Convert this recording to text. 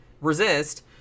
resist